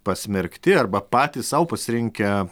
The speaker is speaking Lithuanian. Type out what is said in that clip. pasmerkti arba patys sau pasirinkę